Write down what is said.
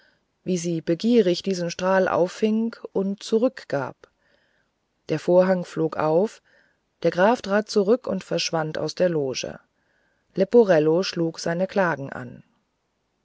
wie sie begierig diesen strahl auffing und zurückgab der vorhang flog auf der graf trat zurück und verschwand aus der loge leporello hub sein klagen an